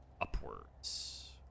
upwards